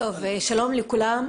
שלום לכולם,